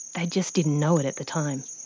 they just didn't know it at the time.